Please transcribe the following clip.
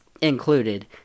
included